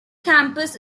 campus